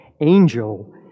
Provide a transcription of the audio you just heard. angel